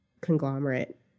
conglomerate